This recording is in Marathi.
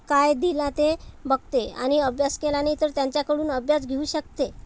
काय दिला ते बघते आणि अभ्यास केला नाही तर त्यांच्याकडून अभ्यास घेऊ शकते